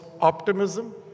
optimism